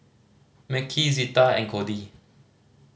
Mekhi Zita and Codi